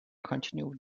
continued